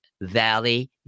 valley